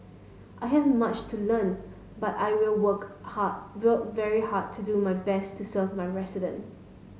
I have much to learn but I will work hard well very hard to do my best to serve my resident